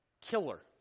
Killer